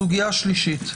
סוגיה שלישית?